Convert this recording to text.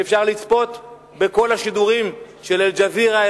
שאפשר לצפות בכל השידורים של "אל-ג'זירה",